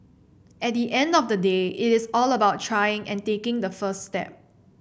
at the end of the day it is all about trying and taking the first step